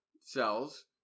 cells